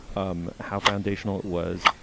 um how foundational it was.